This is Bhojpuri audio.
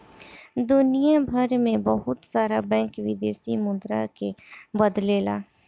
दुनियभर में बहुत सारा बैंक विदेशी मुद्रा के बदलेला